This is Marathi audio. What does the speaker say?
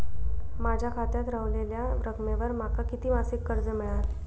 माझ्या खात्यात रव्हलेल्या रकमेवर माका किती मासिक कर्ज मिळात?